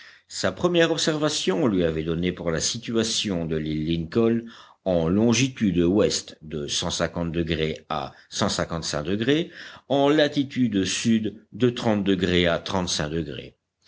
sa première observation lui avait donné pour la situation de l'île lincoln en longitude ouest de degrés à degrés en latitude sud de degrés à degrés